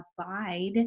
Abide